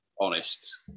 honest